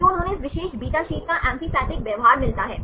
तो उन्हें इस विशेष बीटा शीट का एम्फीपैथिक व्यवहार मिलता है